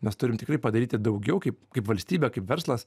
mes turim tikrai padaryti daugiau kaip kaip valstybė kaip verslas